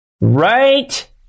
Right